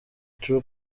true